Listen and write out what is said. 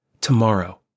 tomorrow